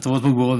הטבות מוגברות,